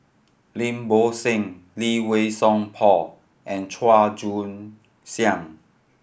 Lim Bo Seng Lee Wei Song Paul and Chua Joon Siang